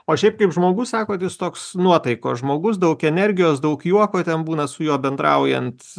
o šiaip kaip žmogus sakot jis toks nuotaikos žmogus daug energijos daug juoko ten būna su juo bendraujant